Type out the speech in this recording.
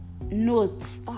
notes